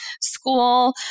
school